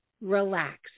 relax